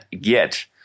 get